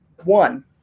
one